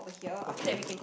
okay